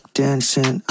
dancing